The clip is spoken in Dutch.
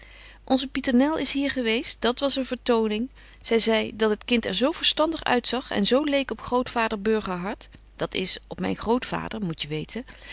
onze pieternel is hier geweest dat was een vertoning zy zei dat het kind er zo verstandig uitzag en zo leek op grootvader burgerhart dat is op myn grootvader moet je weten